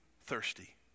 thirsty